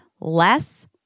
less